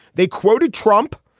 they quoted trump.